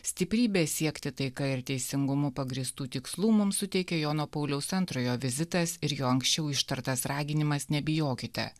stiprybės siekti taika ir teisingumu pagrįstų tikslų mums suteikė jono pauliaus antrojo vizitas ir jo anksčiau ištartas raginimas nebijokite